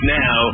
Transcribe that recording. now